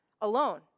alone